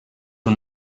are